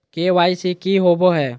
KYC की हॉबे हय?